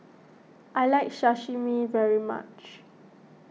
I like Sashimi very much